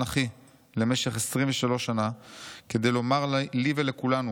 אחי למשך 23 שנה כדי לומר לי ולכולנו,